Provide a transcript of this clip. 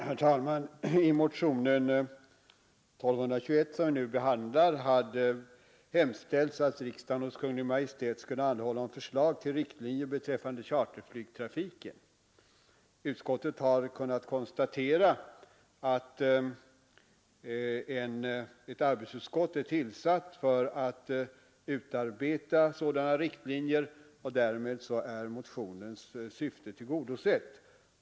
Herr talman! I motionen 1221 som vi nu behandlar har hemställts att riksdagen hos Kungl. Maj:t skall anhålla om förslag till riktlinjer beträffande charterflygtrafiken. Utskottet har kunnat konstatera att ett arbetsutskott är tillsatt för att utarbeta sådana riktlinjer. Därmed är motionens syfte tillgodosett.